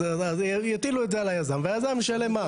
אז יטילו את זה על היזם והיזם ישלם מע"מ.